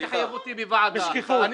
אני